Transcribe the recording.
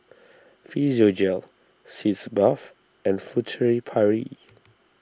Physiogel Sitz Bath and Furtere Paris